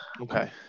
Okay